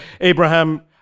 Abraham